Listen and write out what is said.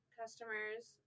customers